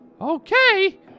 Okay